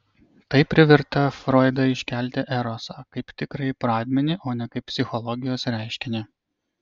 tai privertė froidą iškelti erosą kaip tikrąjį pradmenį o ne kaip psichobiologijos reiškinį